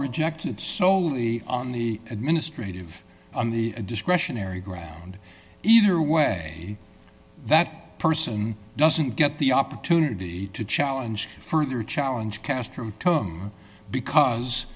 rejected soley on the administrative on the discretionary ground either way that person doesn't get the opportunity to challenge further challenge castro tome because